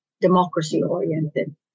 democracy-oriented